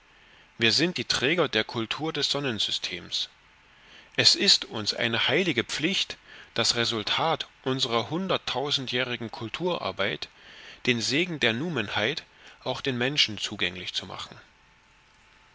wir sind die träger der kultur des sonnensystems es ist uns eine heilige pflicht das resultat unsrer hunderttausendjährigen kulturarbeit den segen der numenheit auch den menschen zugänglich zu machen